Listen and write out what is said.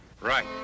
Right